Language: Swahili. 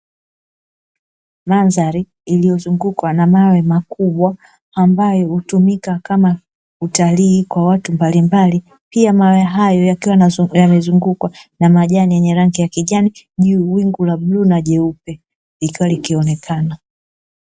Mandhari iliyozungukwa na mawe makubwa ambayo hutumika kama utalii kwa watu mbalimbali, pia mawe hayo yakiwa yamezungukwa na majani yenye rangi ya kijani, juu wingu la bluu na jeupe likiwa likionekana.